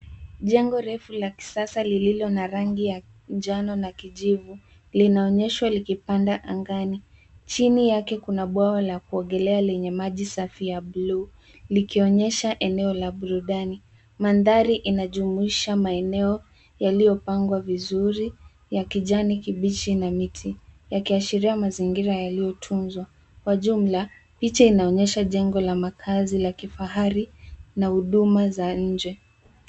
Jengo refu la kisasa lililo na rangi ya njano na kijivu linaonyeshwa likipanda angani. Chini yake kuna bwawa la kuogelea lenye maji safi ya blue , likionyesha eneo la burudani. Mandhari inajumuisha maeneo yaliyopangwa vizuri ya kijani kibichi na miti yakiashiria mazingira yaliotunzwa. Kwa jumla picha inaonyesha jengo la makazi la kifahari na huduma za nje.